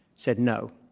said no.